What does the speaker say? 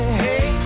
hey